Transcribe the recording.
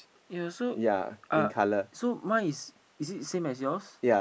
ya so uh so mine is is it same as yours